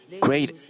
great